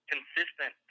consistent